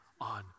on